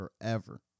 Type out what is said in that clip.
forever